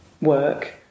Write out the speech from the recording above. work